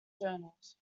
journals